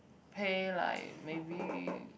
pay like maybe